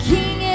King